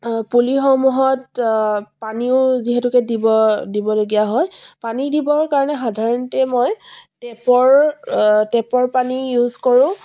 পুলিসমূহত পানীও যিহেতুকে দিব দিবলগীয়া হয় পানী দিবৰ কাৰণে সাধাৰণতে মই টেপৰ টেপৰ পানী ইউজ কৰোঁ